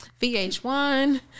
VH1